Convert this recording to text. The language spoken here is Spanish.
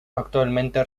actualmente